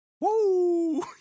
Woo